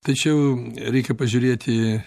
tačiau reikia pažiūrėti